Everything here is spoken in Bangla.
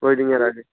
ওয়েডিংয়ের আগে